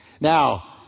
Now